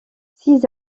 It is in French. six